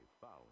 found